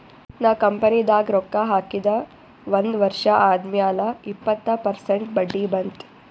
ನಾ ಕಂಪನಿದಾಗ್ ರೊಕ್ಕಾ ಹಾಕಿದ ಒಂದ್ ವರ್ಷ ಆದ್ಮ್ಯಾಲ ಇಪ್ಪತ್ತ ಪರ್ಸೆಂಟ್ ಬಡ್ಡಿ ಬಂತ್